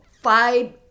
five